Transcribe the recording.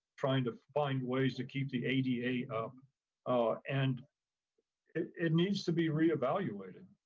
trying to find ways to keep the up and it it needs to be reevaluated.